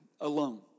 alone